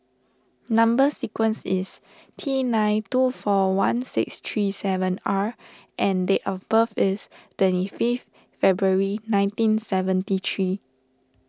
Number Sequence is T nine two four one six three seven R and date of birth is twenty fifth February nineteen seventy three